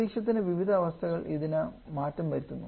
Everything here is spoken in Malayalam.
അന്തരീക്ഷത്തിൻറെ വിവിധ അവസ്ഥകൾ ഇതിന് മാറ്റം വരുത്തുന്നു